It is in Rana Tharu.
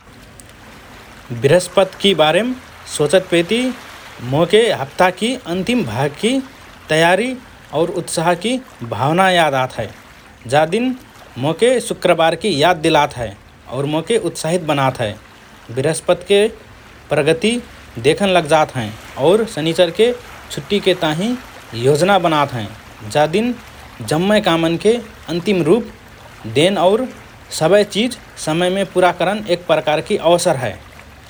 बृहस्पतकि बारेम सोचतपेति मोके हप्ताकि अन्तिम भागकि तयारी और उत्साहकि भावना याद आत हए । जा दिन मोके शुक्रबारकि याद दिलात हए और मोके उत्साहित बनात हए । बृहस्पतके प्रगति देखन लग्जात हएँ और शनिचरके छुट्टिके ताहिँ योजना बनात हएँ । जा दिन जम्मए कामन्के अन्तिम रुप देन और सबए चिज समयमे पूरा करन एक प्रकारकि अवसर हए ।